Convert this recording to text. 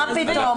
מה פתאום.